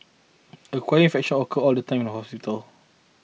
acquired infections occur all the time in hospitals